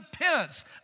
pence